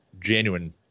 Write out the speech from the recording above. genuine